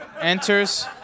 enters